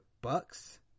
Bucks